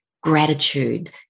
gratitude